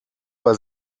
bei